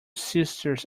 sisters